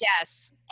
Yes